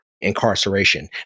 incarceration